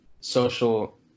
social